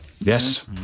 Yes